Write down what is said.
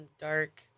dark